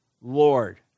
Lord